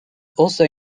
also